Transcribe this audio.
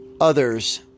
others